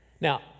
Now